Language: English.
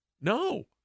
No